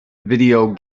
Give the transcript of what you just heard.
video